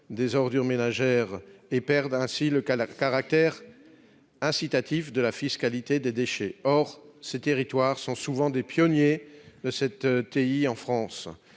des ordures ménagères (Teom) et perdent ainsi le caractère incitatif de la fiscalité des déchets. Or ces territoires sont souvent des pionniers de la tarification